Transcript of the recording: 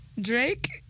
Drake